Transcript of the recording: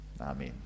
amen